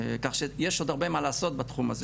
כך שיש עוד הרבה מה לעשות בתחום הזה.